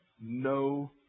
no